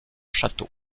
château